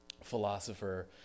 philosopher